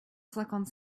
cinquante